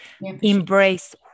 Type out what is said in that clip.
embrace